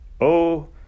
Oh